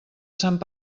sant